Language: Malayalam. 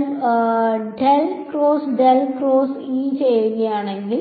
ഞാൻ del cross del cross E ചെയ്യുകയാണെങ്കിൽ